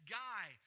guy